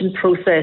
process